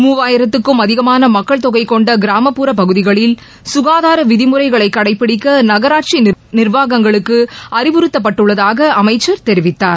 மூவாயிரத்துக்கும் அதிகமான மக்கள் தொகை கொண்ட கிராமப்புறப்பகுதிகளில் சுகாதார விதிமுறைகளை கடைபிடிக்க நகராட்சி நிர்வாகங்களுக்கு அறிவுறுத்தப்பட்டுள்ளதாக அமைச்சர் தெரிவித்தார்